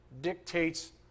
dictates